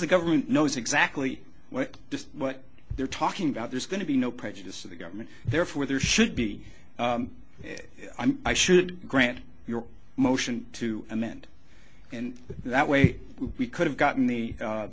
the government knows exactly what what they're talking about there's going to be no prejudice in the government therefore there should be i should grant your motion to amend and that way we could have gotten the